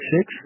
Six